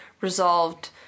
resolved